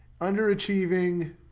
underachieving